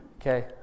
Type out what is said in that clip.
Okay